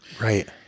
Right